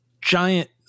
giant –